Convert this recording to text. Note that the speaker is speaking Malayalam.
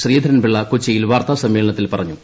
ശ്രീധരൻപിള്ള കൊച്ചിയിൽ വാർത്താ സമ്മേളനത്തിൽ പറഞ്ഞു